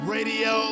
Radio